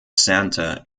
santa